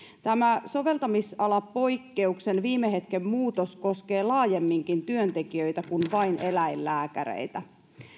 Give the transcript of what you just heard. tämä soveltamisalapoikkeuksen viime hetken muutos koskee laajemminkin työntekijöitä kuin vain eläinlääkäreitä